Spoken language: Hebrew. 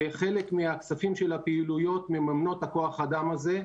שחלק מהכספים של הפעילויות מממנות את כוח האדם הזה,